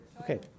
Okay